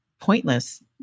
pointless